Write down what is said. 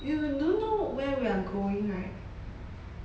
you do know where we are going right